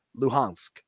Luhansk